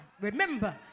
Remember